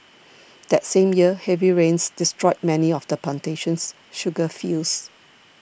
that same year heavy rains destroyed many of the plantation's sugar fields